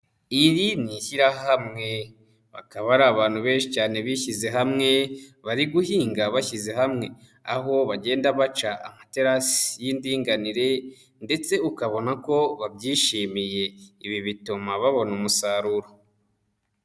Iri ni ishyirahamwe, bakaba ari abantu benshi cyane bishyize hamwe, bari guhinga bashyize hamwe, aho bagenda baca amaterasi y'indinganire ndetse ukabona ko babyishimiye, ibi bituma babona umusaruro.